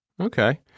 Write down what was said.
okay